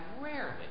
rarely